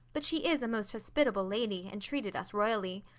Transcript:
but she is a most hospitable lady and treated us royally.